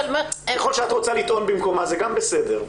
ככל שאת רוצה לטעון במקומה, זה גם בסדר.